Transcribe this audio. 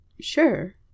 Sure